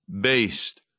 based